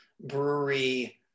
brewery